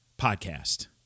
podcast